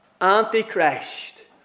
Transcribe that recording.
Antichrist